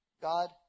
God